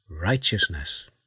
righteousness